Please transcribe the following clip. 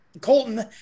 Colton